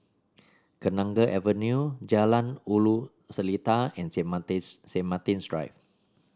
Kenanga Avenue Jalan Ulu Seletar and Saint Martin's Saint Martin's Drive